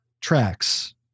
tracks